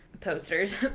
posters